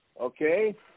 Okay